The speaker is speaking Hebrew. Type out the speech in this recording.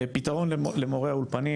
פתרון למורי אולפנים